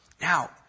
Now